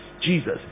Jesus